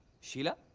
sheila?